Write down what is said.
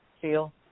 feel